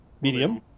Medium